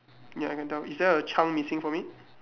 ya I can tell is there a chunk missing from it